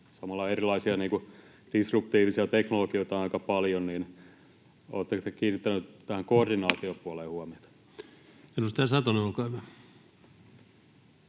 samalla erilaisia disruptiivisia teknologioita on aika paljon. Oletteko kiinnittäneet tähän koordinaatiopuoleen huomiota? Edustaja Satonen, olkaa hyvä.